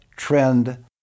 trend